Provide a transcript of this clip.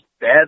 bad